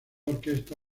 orquesta